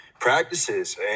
practices